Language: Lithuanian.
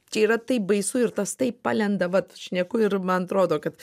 čia yra taip baisu ir tas taip palenda vat šneku ir man atrodo kad